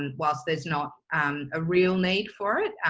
and whilst there's not a real need for it.